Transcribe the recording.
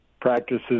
practices